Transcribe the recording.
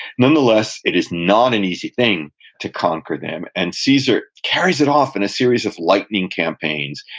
nonetheless, it is not an easy thing to conquer them, and caesar carries it off in a series of lightning campaigns.